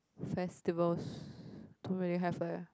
festivals don't really have eh